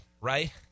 right